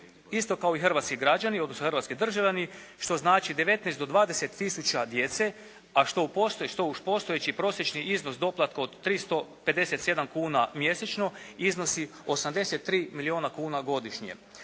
isto kao i hrvatski građani, odnosno hrvatski državljani što znači 19 do 20 000 djece a što uz postojeći prosječni iznos doplatka od 357 kuna mjesečno iznosi 83 milijuna kuna godišnje.